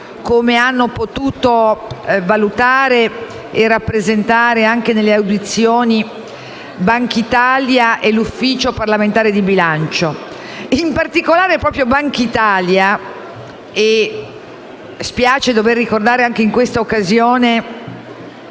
quali hanno potuto valutare e rappresentare, anche in sede di audizione, sia Bankitalia che l'Ufficio parlamentare di bilancio. In particolare, proprio Bankitalia - e spiace dover ricordare anche in questa occasione